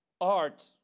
art